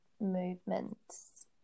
movement's